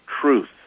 truth